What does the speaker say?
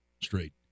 straight